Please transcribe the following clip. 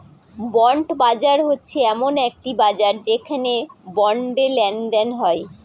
bond বাজার হচ্ছে এমন একটি বাজার যেখানে বন্ডে লেনদেন হয়